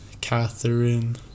Catherine